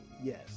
yes